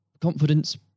confidence